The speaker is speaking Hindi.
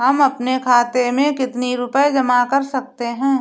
हम अपने खाते में कितनी रूपए जमा कर सकते हैं?